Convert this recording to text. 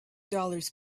dollars